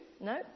no